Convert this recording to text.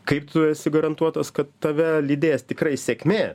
kaip tu esi garantuotas kad tave lydės tikrai sėkmė